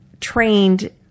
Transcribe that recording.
trained